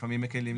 לפעמים מקלים,